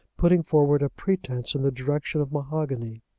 putting forward a pretence in the direction of mahogany.